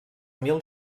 mil